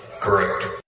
Correct